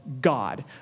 God